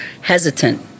hesitant